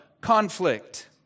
conflict